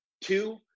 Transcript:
two